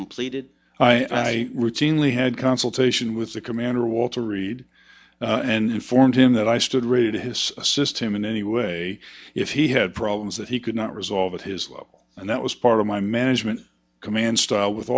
completed i routinely had consultation with the commander of walter reed and informed him that i stood ready to his assist him in any way if he had problems that he could not resolve at his level and that was part of my management command style with